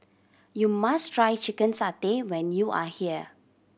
you must try chicken satay when you are here